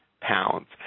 pounds